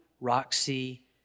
Roxy